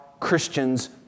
Christians